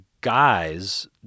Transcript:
Guy's